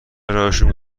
راهشون